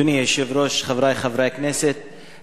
אדוני היושב-ראש, חברי חברי הכנסת,